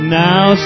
now